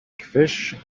fish